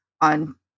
on